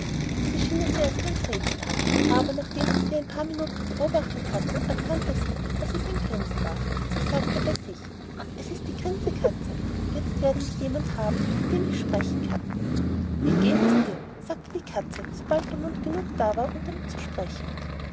sie schien ihr zuerst ganz räthselhaft aber nachdem sie sie ein paar minuten beobachtet hatte erkannte sie daß es ein grinsen war und sagte bei sich es ist die grinse katze jetzt werde ich jemand haben mit dem ich sprechen kann wie geht es dir sagte die katze sobald mund genug da war um damit zu sprechen